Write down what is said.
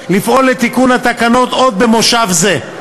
לפעול לתיקון התקנות עוד במושב זה.